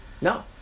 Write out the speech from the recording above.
No